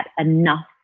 enough